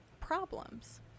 problems